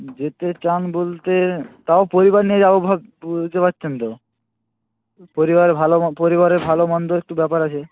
যেতে চান বলতে তাও পরিবার নিয়ে যাবো বুঝতে পারছেন তো পরিবার ভালো পরিবারে ভালোমন্দ একটু ব্যাপার আছে